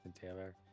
Taylor